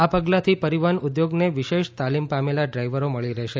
આ પગલાથી પરિવહન ઉદ્યોગને વિશેષ તાલીમ પામેલા ડ્રાઇવરો મળી રહેશે